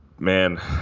Man